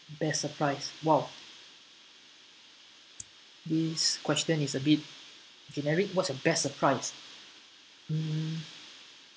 best surprise !wow! this question is a bit generic what's the best surprise mm